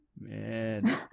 man